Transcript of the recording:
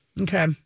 Okay